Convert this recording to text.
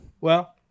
well-